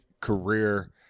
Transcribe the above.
career